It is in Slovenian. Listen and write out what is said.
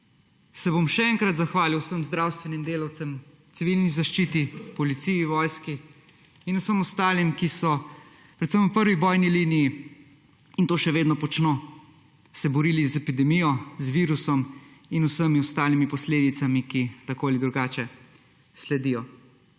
se bom še enkrat zahvalil vsem zdravstvenim delavcem, Civilni zaščiti, policiji, vojski in vsem ostalim, ki so predvsem v prvi bojni liniji, in to še vedno počno, se borili z epidemijo, z virusom in vsemi ostalimi posledicami, ki tako ali drugače sledijo.